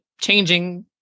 changing